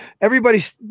everybody's